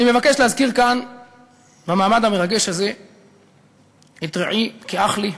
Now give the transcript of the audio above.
אני מבקש להזכיר כאן במעמד המרגש הזה את רעי כאח לי,